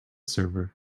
server